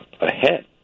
ahead